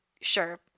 sure